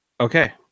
okay